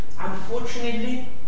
Unfortunately